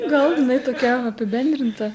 gal jinai tokia apibendrinta